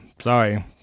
sorry